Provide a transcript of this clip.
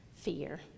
fear